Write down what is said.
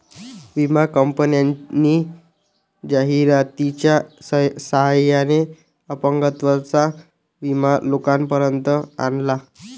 विमा कंपन्यांनी जाहिरातीच्या सहाय्याने अपंगत्वाचा विमा लोकांपर्यंत आणला